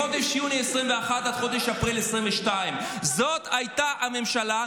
מחודשי יוני 2021 עד חודש אפריל 2022. זאת הייתה הממשלה.